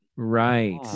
right